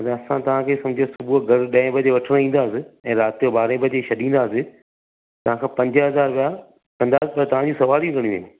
असां तव्हां खे सम्झ सुबुह घरु ॾहें बजे वठणु ईंदासि ऐं राति जो ॿारहें बजे छॾींदासीं तव्हां खां पंज हज़ार रुपया कंदासीं पर तव्हां जूं सवारियूं घणियूं आहिनि